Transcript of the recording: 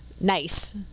nice